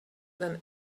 than